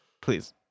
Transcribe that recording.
please